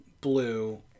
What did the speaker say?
Blue